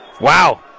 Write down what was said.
Wow